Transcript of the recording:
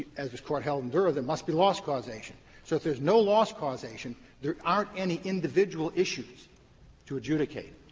as this court held in dura, there must be loss causation. so if there's no loss causation there aren't any individual issues to adjudicate.